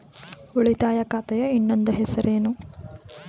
ಉಳಿತಾಯ ಖಾತೆಯ ಇನ್ನೊಂದು ಹೆಸರೇನು?